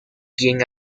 quien